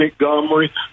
Montgomery